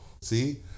see